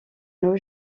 nos